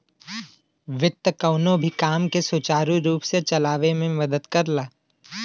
वित्त कउनो भी काम के सुचारू रूप से चलावे में मदद करला